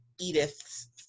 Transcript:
Edith's